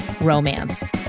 romance